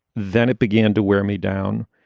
then it began to wear me down.